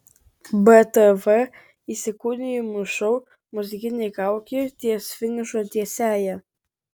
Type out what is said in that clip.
btv įsikūnijimų šou muzikinė kaukė ties finišo tiesiąja